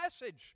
message